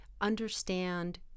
understand